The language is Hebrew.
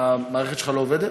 המערכת שלך לא עובדת?